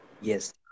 yes